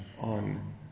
on